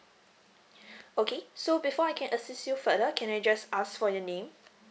okay so before I can assist you further can I just ask for your name